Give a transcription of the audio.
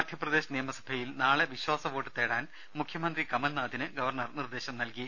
മധ്യപ്രദേശ് നിയമസഭയിൽ നാളെ വിശ്വാസ വോട്ട് തേടാൻ മുഖ്യമന്ത്രി കമൽനാഥിന് ഗവർണർ നിർദേശം നൽകി